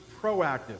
proactive